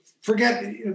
forget